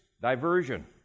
diversion